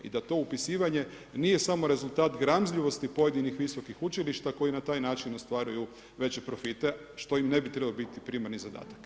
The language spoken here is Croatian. I da to upisivanje nije samo rezultat gramzljivosti pojedinih visokih učilišta koji na taj način ostvaruju veće profite što im ne bi trebao biti primarni zadatak.